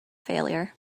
failure